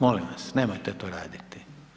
Molim vas, nemojte to raditi.